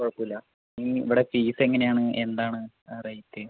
കുഴപ്പമില്ല ഇവിടെ ഫീസ് എങ്ങനെയാണ് എന്താണ് റേറ്റ്